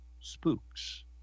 spooks